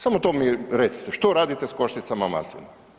Samo to mi recite, što radite sa košticama maslina?